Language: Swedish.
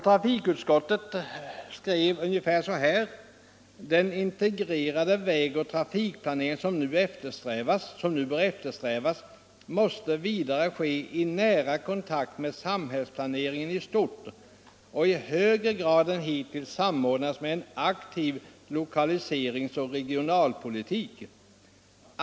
Trafikutskottet skrev ungefär så här: Den integrerade vägoch trafikplanering som nu bör eftersträvas måste vidare ske i nära kontakt med samhällsplaneringen i stort och i högre grad än hittills samordnas med en aktiv lokaliseringsoch regionalpolitik.